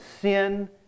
sin